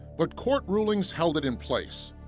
but court rulings held it in place.